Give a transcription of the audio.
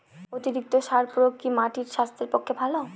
অতিরিক্ত সার প্রয়োগ কি মাটির স্বাস্থ্যের পক্ষে ভালো?